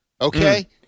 Okay